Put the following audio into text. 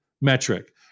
metric